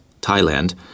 Thailand